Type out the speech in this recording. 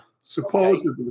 Supposedly